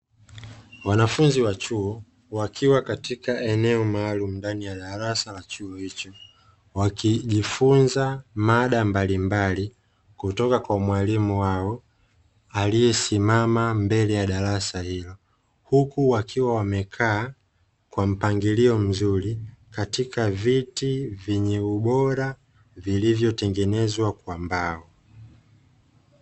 Wanafunzi wa chuo wakiwa katika eneo maalumu ndani ya darasa la chuo hicho, wakijifunza mada mbalimbali kutoka kwa mwalimu wao aliyesimama mbele ya darasa hilo, huku wakiwa wamekaa kwa mpangilio mzuri, katika viti vyenye ubora vilivyotengenezwa kwa mbao.